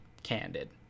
candid